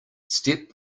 step